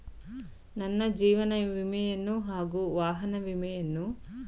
ನನ್ನ ಜೀವ ವಿಮೆಯನ್ನು ಹಾಗೂ ವಾಹನ ವಿಮೆಯನ್ನು ಆನ್ಲೈನ್ ಮುಖಾಂತರ ಪಾವತಿಸಬಹುದೇ?